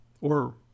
or